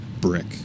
brick